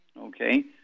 okay